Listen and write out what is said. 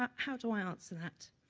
um how do i answer that?